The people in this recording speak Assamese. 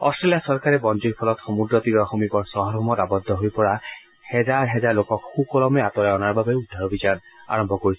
অট্টেলিয়া চৰকাৰে বনজুইৰ ফলত সমূদ্ৰ তীৰৰ সমীপৰ চহৰসমূহত আবদ্ধ হৈ পৰা হেজাৰ হেজাৰ লোকক সুকলমে আঁতৰাই অনাৰ বাবে উদ্ধাৰ অভিযান আৰম্ভ কৰিছে